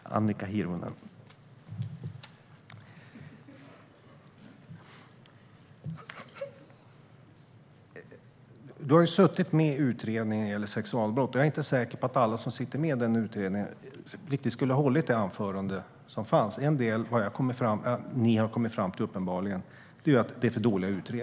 Herr talman! Jag ska försöka säga rätt namn: Annika Hirvonen. Du har ju suttit med i utredningen om sexualbrott, och jag är inte säker på att alla som sitter med i den utredningen skulle ha hållit det anförande vi har hört. Ni har uppenbarligen kommit fram till att utredningarna är för dåliga.